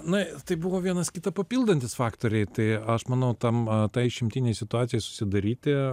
na tai buvo vienas kitą papildantys faktoriai tai aš manau tam ta išimtinei situacijai susidaryti